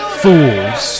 fools